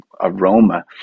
aroma